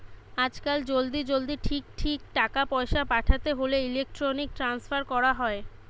আজকাল জলদি জলদি ঠিক ঠিক টাকা পয়সা পাঠাতে হোলে ইলেক্ট্রনিক ট্রান্সফার কোরা হয়